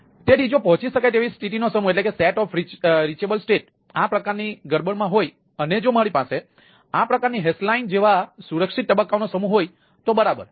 તેથી જો પહોંચી શકાય તેવી સ્થિતિનો સમૂહ આ પ્રકારની ગડબડમાં હોય અને જો મારી પાસે આ પ્રકારની હેશ લાઇન જેવા સુરક્ષિત તબક્કાઓનો સમૂહ હોય તો બરાબર